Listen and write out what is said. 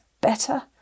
Better